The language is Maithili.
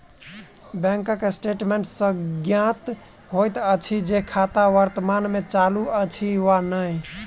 बैंक स्टेटमेंट सॅ ज्ञात होइत अछि जे खाता वर्तमान मे चालू अछि वा नै